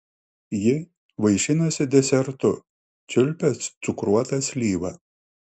ji vaišinosi desertu čiulpė cukruotą slyvą